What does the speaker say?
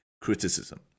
criticism